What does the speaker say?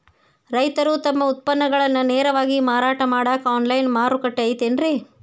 ರೈತರು ತಮ್ಮ ಉತ್ಪನ್ನಗಳನ್ನ ನೇರವಾಗಿ ಮಾರಾಟ ಮಾಡಾಕ ಆನ್ಲೈನ್ ಮಾರುಕಟ್ಟೆ ಐತೇನ್ರಿ?